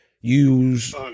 use